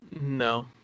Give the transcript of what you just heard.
No